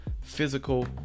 physical